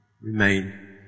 Remain